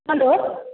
hello